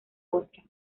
otra